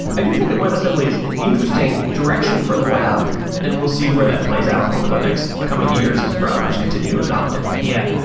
i do think that web assembly is interesting direction for the web and we'll see where that plays out over the next coming years as browsers continue to adopt it yeah,